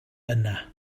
yna